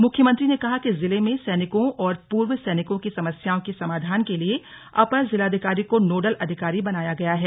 मुख्यमंत्री ने कहा कि जिले में सैनिकों और पूर्व सैनिकों की समस्याओं के समाधान के लिए अपर जिलाधिकारी को नोडल अधिकारी बनाया गया है